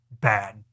bad